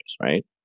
Right